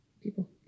people